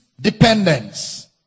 dependence